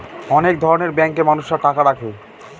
অনেক ধরনের ব্যাঙ্কে মানুষরা টাকা রাখে